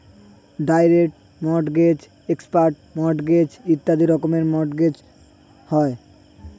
direct mortgage, expert mortgage ইত্যাদি রকমের mortgage হয়